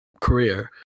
career